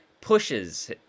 pushes